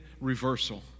reversal